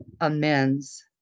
amends